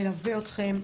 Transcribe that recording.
נלווה אתכם,